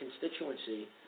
constituency